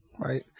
right